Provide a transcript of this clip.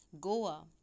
Goa